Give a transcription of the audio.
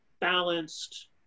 balanced